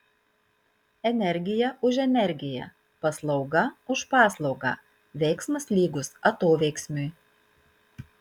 energija už energiją paslauga už paslaugą veiksmas lygus atoveiksmiui